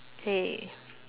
K